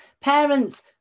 Parents